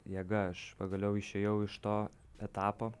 jėga aš pagaliau išėjau iš to etapo